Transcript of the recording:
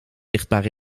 zichtbaar